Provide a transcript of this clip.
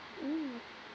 mm